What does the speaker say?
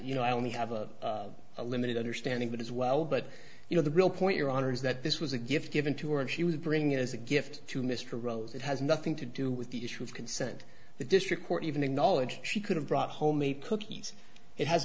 you know i only have a limited understanding of it as well but you know the real point your honor is that this was a gift given to her and she was bringing it as a gift to mr rose it has nothing to do with the issue of consent the district court even acknowledged she could have brought homemade cookies it has